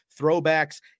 throwbacks